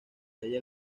halla